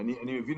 אני מבין,